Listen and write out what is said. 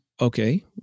okay